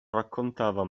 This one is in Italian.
raccontava